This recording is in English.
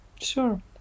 Sure